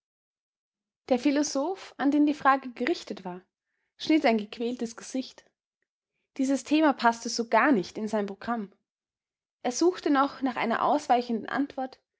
der philosoph an den die frage gerichtet war schnitt ein gequältes gesicht dieses thema paßte so gar nicht in sein programm er suchte noch nach einer ausweichenden antwort